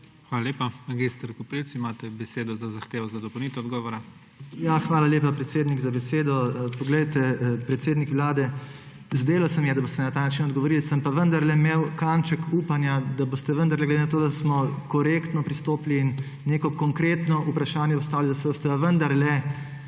Hvala lepa. Mag. Koprivc, imate besedo za zahtevo za dopolnitev odgovora. **MAG. MARKO KOPRIVC (PS SD):** Hvala lepa, predsednik, za besedo. Poglejte, predsednik vlade, zdelo se mi je, da boste na ta način odgovorili. Sem pa vendarle imel kanček upanja, da boste vendarle glede na to, da smo korektno pristopili in neko konkretno vprašanje postavili, da se boste vendarle